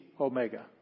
Omega